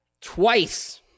twice